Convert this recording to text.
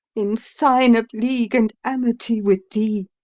in sign of league and amity with thee